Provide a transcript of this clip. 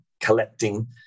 collecting